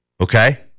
okay